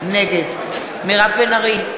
נגד מירב בן ארי,